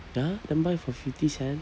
ya then buy for fifty cent